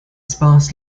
sparse